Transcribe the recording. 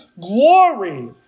glory